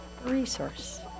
resource